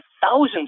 thousands